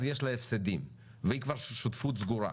יש לה הפסדים והיא כבר שותפות סגורה,